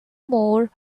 more